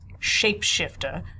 shapeshifter